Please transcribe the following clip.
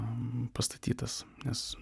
pastatytas nes